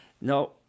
No